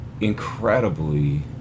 incredibly